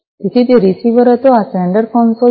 તેથી તે રીસીવર હતો અને આ સેંડર કન્સોલ છે